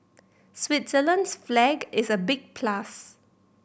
Switzerland's flag is a big plus